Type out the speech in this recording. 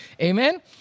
Amen